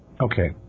okay